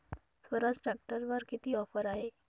स्वराज ट्रॅक्टरवर किती ऑफर आहे?